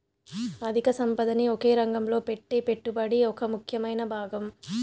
అధిక సంపదని ఒకే రంగంలో పెట్టే పెట్టుబడి ఒక ముఖ్యమైన భాగం